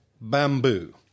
bamboo